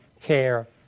care